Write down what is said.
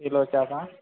किलोच का